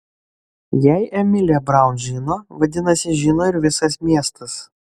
jei emilė braun žino vadinasi žino ir visas miestas